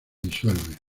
disuelve